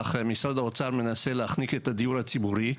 משרד האוצר מנסה להחניק את הדיור הציבורי,